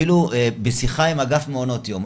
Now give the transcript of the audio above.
אפילו בשיחה עם אגף מעונות יום,